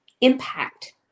impact